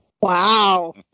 Wow